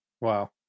Wow